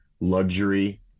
luxury